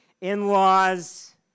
in-laws